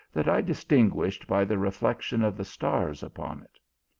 that i distinguished by the reflec tion of the stars upon it.